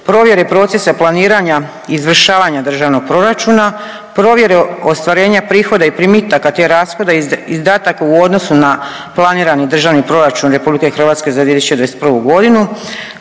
Provjere procesa planiranja izvršavanja Državnog proračuna, provjere ostvarenja prihoda i primitaka te rashoda i izdataka u odnosu na planirani Državni proračun RH za 2021. godinu,